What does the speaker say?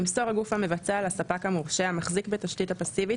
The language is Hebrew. ימסור הגוף המבצע לספק המורשה המחזיק בתשתית הפסיבית,